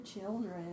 children